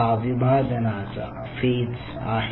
हा विभाजनाचा फेज आहे